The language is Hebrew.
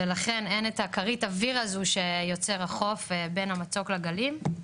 ולכן אין הכרית אוויר הזו שיוצר החוף בין המצוק לגלים.